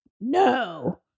no